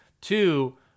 Two